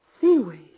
Seaweed